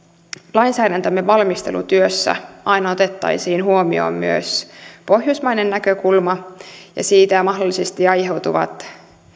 lainsäädäntömme valmistelutyössä aina otettaisiin huomioon myös pohjoismainen näkökulma ja siitä mahdollisesti aiheutuvat